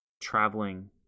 traveling